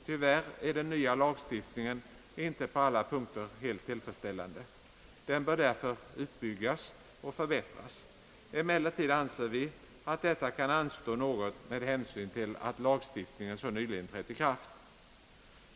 Tyvärr är den nya lagstiftningen inte på alla punkter helt tillfredsställande. Den bör därför utbyggas och förbättras. Emellertid anser vi att detta kan anstå något med hänsyn till att lagstiftningen så nyligen trätt i kraft.